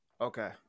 okay